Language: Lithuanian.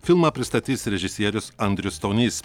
filmą pristatys režisierius andrius stonys